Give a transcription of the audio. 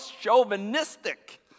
chauvinistic